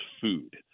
food